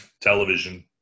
television